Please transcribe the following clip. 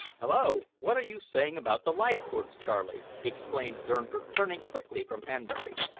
hulloa! what are you saying about the leithcourts, charley? exclaimed durnford, turning quickly from hanbury.